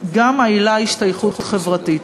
גם העילה "השתייכות חברתית".